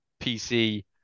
PC